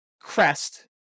crest